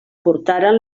portaren